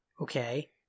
Okay